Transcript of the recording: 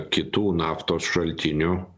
kitų naftos šaltinių